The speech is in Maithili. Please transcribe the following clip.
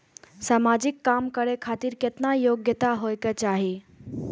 समाजिक काम करें खातिर केतना योग्यता होके चाही?